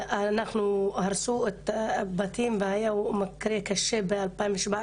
הרסו את הבתים שלנו והיה מקרה קשה בינואר